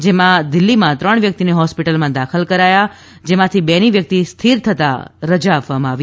જેમાં દિલ્હીમાં ત્રણ વ્યક્તિને હોસ્પિટલમાં દાખલ કરાયા જેમાંથી બેની તબિયત સ્થિર થતાં રજા આપવામાં આવી